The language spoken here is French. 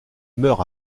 meurt